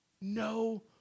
no